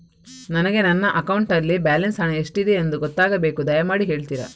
ನನಗೆ ನನ್ನ ಅಕೌಂಟಲ್ಲಿ ಬ್ಯಾಲೆನ್ಸ್ ಹಣ ಎಷ್ಟಿದೆ ಎಂದು ಗೊತ್ತಾಗಬೇಕು, ದಯಮಾಡಿ ಹೇಳ್ತಿರಾ?